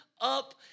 up